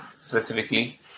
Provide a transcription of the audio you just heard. specifically